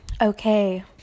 okay